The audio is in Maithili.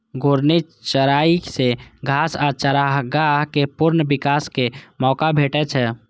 घूर्णी चराइ सं घास आ चारागाह कें पुनः विकास के मौका भेटै छै